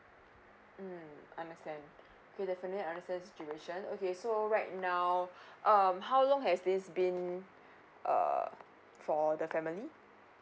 um understand okay definitely understand the situation okay so right now um how long has this been uh for the family